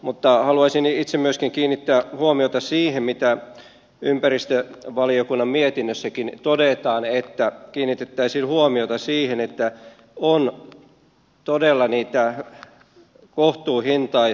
mutta haluaisin itse myöskin kiinnittää huomiota siihen mitä ympäristövaliokunnan mietinnössäkin todetaan että kiinnitettäisiin huomioita siihen että on todella mitään kohtuuhintaa ei